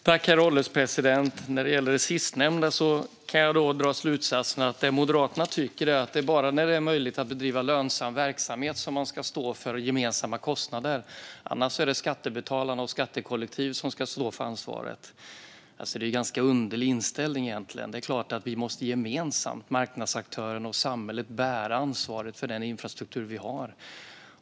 Herr ålderspresident! När det gäller det sistnämnda kan jag dra slutsatsen att Moderaterna tycker att det bara är när det är möjligt att bedriva lönsam verksamhet som man ska stå för gemensamma kostnader, annars är det skattebetalarna och skattekollektivet som ska stå för ansvaret. Det är egentligen en ganska underlig inställning. Det är klart att vi gemensamt, marknadsaktörerna och samhället, måste bära ansvaret för den infrastruktur som vi har.